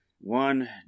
one